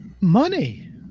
Money